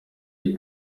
iyi